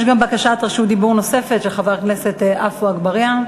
יש בקשת רשות דיבור נוספת של חבר הכנסת עפו אגבאריה,